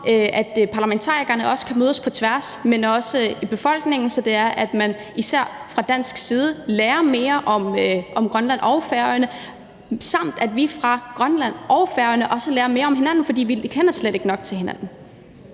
så parlamentarikerne også kan mødes på tværs, men også i befolkningen, så man især fra dansk side lærer mere om Grønland og Færøerne, samt at vi fra grønlandsk og færøsk side også lærer mere om hinanden, for vi kender slet ikke nok til hinanden.